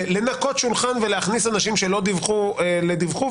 לניקוי שולחן ולהכניס אנשים שלא דיווחו או דיווחו,